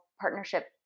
partnership